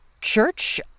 church